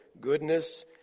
goodness